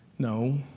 No